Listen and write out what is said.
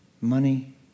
money